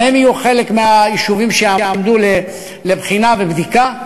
גם הם יהיו חלק מהיישובים שיעמדו לבחינה ובדיקה.